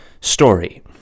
story